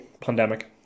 pandemic